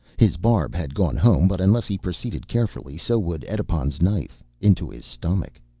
his barb had gone home, but unless he proceeded carefully so would edipon's knife into his stomach.